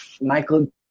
Michael